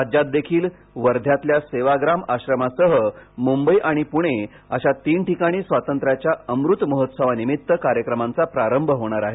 राज्यातही वर्ध्यातल्या सेवाग्राम आश्रमासह मुंबई आणि पुणे अशा तीन ठिकाणी स्वातंत्र्याच्या अमृत महोत्सवानिमित्त कार्यक्रमांचा प्रारंभ होणार आहे